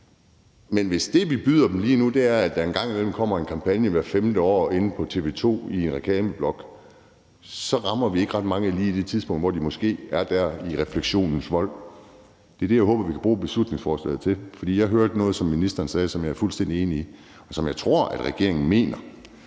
men hvis det, vi byder dem lige nu, er, at der kommer en kampagne hvert femte år på TV 2 i en reklameblok, så rammer vi ikke ret mange lige på det tidspunkt, hvor de måske er i den der dybe refleksionen. Det er det, jeg håber vi kan bruge beslutningsforslaget til, for jeg hørte noget, som ministeren sagde, og som jeg er fuldstændig enig i, og som jeg også tror regeringen mener,